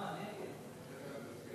חוק